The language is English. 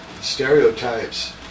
stereotypes